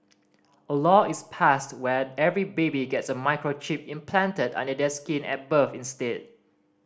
a law is passed where every baby gets a microchip implanted under their skin at birth instead